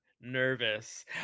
nervous